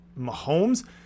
Mahomes